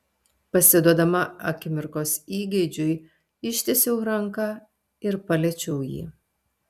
pasiduodama akimirkos įgeidžiui ištiesiau ranką ir paliečiau jį